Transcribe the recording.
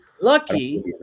lucky